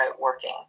working